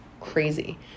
crazy